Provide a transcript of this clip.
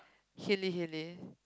helli helli